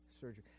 surgery